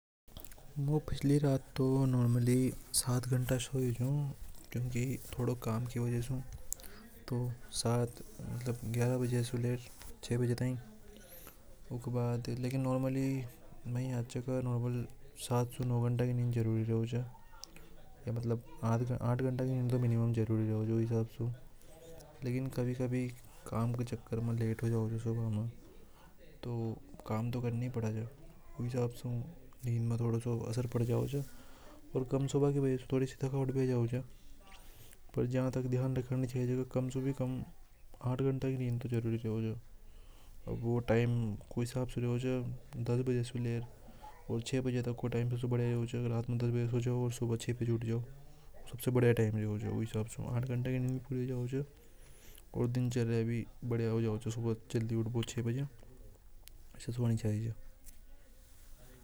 एक दिन में फोन करें दीपक यादव तो बहुत ज्यादा मतलब हम सभी काम दो सौ से तीन सौ बार तो मन की एक दिन में फोन करके देख सके बार-बार ओपन कर बाकी आदत हुई है। कभी-कभी टाइम टेबल कभी-कभी अगर फ्री बैठे आ जाए तो उसे आप सभी इंस्टाग्राम ऑन कर लो व्हाट्सएप ऑन कर लो यूट्यूब ऑन कर लो ऐसा किसी आकार का गाना तो फोन तो बार-बार होना हो जातो। मिनिमम एक दिन में दो सौ से तीन सौ बार तो हो जाओ मुझे कभी-कभी ऐसा होगा भाई कोई काम अगर आ जाओ तो कभी-कभी काम भी हो जाए पर नॉर्मल मिली हो जाए बार-बार वह सुबह ज्यादा हो जाए दो हज़ार तीन जो बाद अभी सात सौ साल अलग-अलग तरीका की वजह से कम उसे करें। बाकी तो यही थाएक दिन में ईमेल।